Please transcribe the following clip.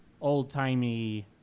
old-timey